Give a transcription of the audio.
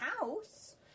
house